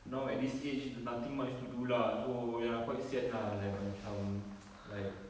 now at this age nothing much to do lah so ya quite sian lah like macam like